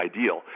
ideal